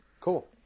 Cool